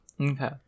okay